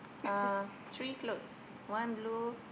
uh three clothes one blue